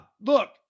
look